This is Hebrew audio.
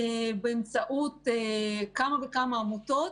באמצעות כמה וכמה עמותות